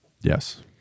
Yes